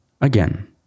again